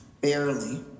Barely